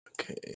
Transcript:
Okay